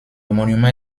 monument